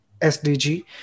SDG